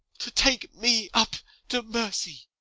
to take me up to mercy.